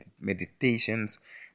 meditations